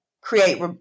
create